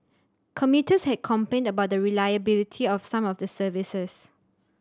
commuters had complained about the reliability of some of the services